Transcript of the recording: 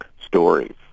stories